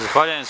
Zahvaljujem.